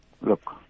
look